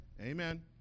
amen